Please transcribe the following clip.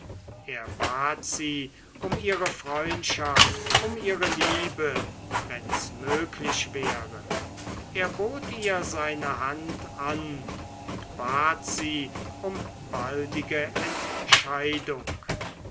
er bat sie um ihre freundschaft um ihre liebe wenn's möglich wäre er bot ihr seine hand an und bat sie um baldige entscheidung